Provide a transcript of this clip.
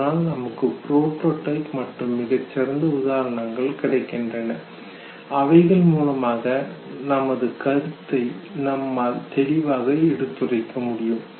அதனால் நமக்கு புரோடோடைப் மற்றும் மிகச்சிறந்த உதாரணங்கள் கிடைக்கின்றன அவைகள் மூலமாக நமது கருத்தை நம்மால் தெளிவாக எடுத்துரைக்க முடியும்